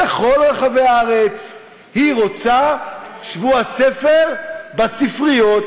בכל רחבי הארץ, היא רוצה שבוע הספר בספריות,